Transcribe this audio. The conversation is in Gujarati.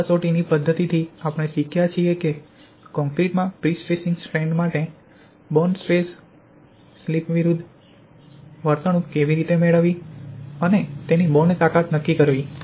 આ કસોટીની પદ્ધતિથી આપણે શીખ્યા છીએ કે કોંક્રિટમાં પ્રીસ્ટ્રેસિંગ સ્ટ્રેન્ડ માટે બોન્ડ સ્ટ્રેસ સ્લિપ વર્તણૂક કેવી રીતે મેળવવી અને તેની બોન્ડ તાકાત નક્કી કરવી